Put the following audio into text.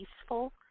peaceful